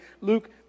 Luke